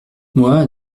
moi